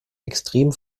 extrem